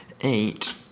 eight